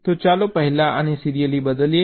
તો ચાલો પહેલા આને સીરિયલી બદલીએ